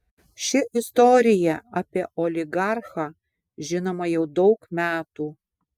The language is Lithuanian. ši istorija apie oligarchą žinoma jau daug metų